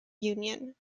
union